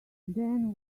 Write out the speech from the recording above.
then